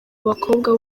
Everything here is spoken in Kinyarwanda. bakobwa